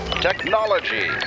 Technology